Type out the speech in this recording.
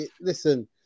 Listen